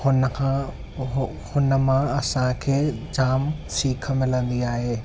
हुनखां हुन मां असांखे जाम सीख मिलंदी आहे